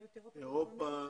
אירופה,